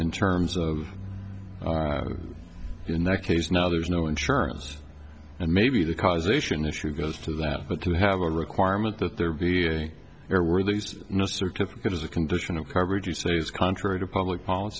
in terms of in that case now there's no insurance and maybe the causation issue goes to that but to have a requirement that there be airworthy no certificate as a condition of coverage you say is contrary to public policy